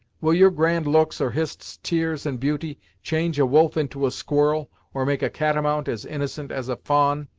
will your grand looks, or hist's tears and beauty, change a wolf into a squirrel, or make a catamount as innocent as a fa'an?